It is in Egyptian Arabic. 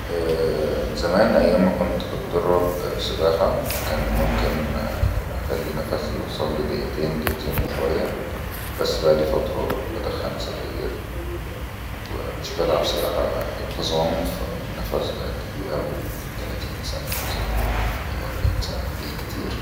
ااااع زمان ايامي كنت اتدرب سباحة كان ممكن اخلي نفسي يوصل لدققتين دققتين وحاجه بس بقئالي فترة بدخن سجاير ومش بلعب سباحة بانتظام فالنفس بقى دقيقة وتلاتين سانيه مثلا دقيقة و اربعين سنة بالكتير